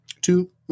two